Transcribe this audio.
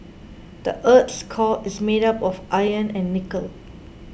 the earth's core is made of iron and nickel